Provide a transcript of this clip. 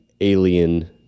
alien